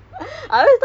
I